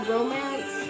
Romance